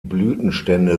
blütenstände